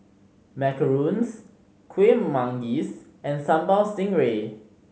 macarons Kueh Manggis and Sambal Stingray